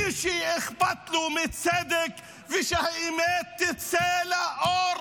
מי שאכפת לו מצדק ושהאמת תצא לאור,